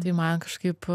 tai man kažkaip